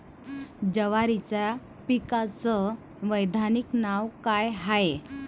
जवारीच्या पिकाचं वैधानिक नाव का हाये?